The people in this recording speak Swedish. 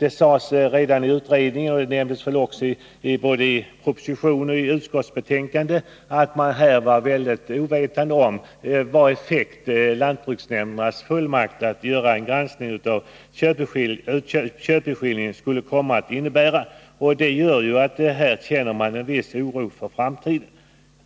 Det sades redan i utredningen, och det nämndes även i propositionen och i utskottsbetänkandet, att man var ovetande om vilka effekter lantbruksnämndernas fullmakt att granska köpeskillingen skulle komma att få. Här känner man en viss oro inför framtiden,